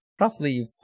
roughly